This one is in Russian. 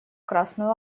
красную